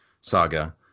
saga